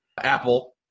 Apple